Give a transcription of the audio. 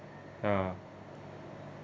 ya